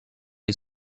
les